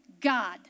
God